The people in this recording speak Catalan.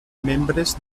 membres